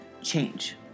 change